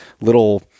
little